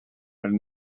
elle